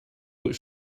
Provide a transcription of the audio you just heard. looks